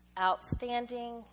outstanding